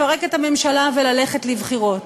לפרק את הממשלה וללכת לבחירות.